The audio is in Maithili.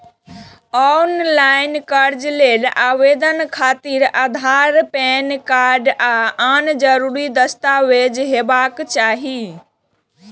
ऑनलॉन कर्ज लेल आवेदन खातिर आधार, पैन कार्ड आ आन जरूरी दस्तावेज हेबाक चाही